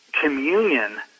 communion